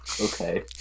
Okay